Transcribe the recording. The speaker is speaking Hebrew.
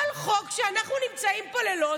כל חוק שבגללו אנחנו נמצאים פה לילות,